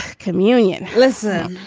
communion. listen.